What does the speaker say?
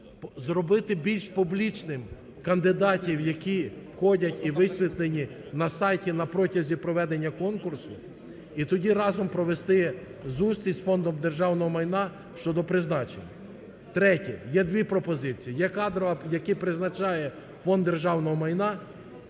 зробити більш публічним кандидатів, які ходять і висвітлені на сайті на протязі проведення конкурсу, і тоді разом провести зустріч з Фондом державного майна щодо призначення. Третє. Є дві пропозиції. Є кадрова, які призначає Фонд державного майна